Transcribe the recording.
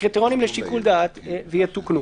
כקריטריונים לשיקול דעת ויתוקנו.